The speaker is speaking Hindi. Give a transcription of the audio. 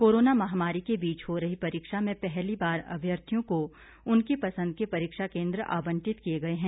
कोरोना महामारी के बीच हो रही परीक्षा में पहली बार अभ्यर्थियों को उनकी पंसद के परीक्षा केंद्र आबंटित किए गए हैं